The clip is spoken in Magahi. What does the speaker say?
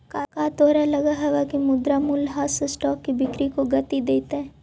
का तोहरा लगअ हवअ की मुद्रा मूल्यह्रास स्टॉक की बिक्री को गती देतई